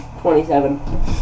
Twenty-seven